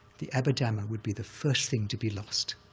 the abhidhamma would be the first thing to be lost,